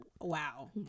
Wow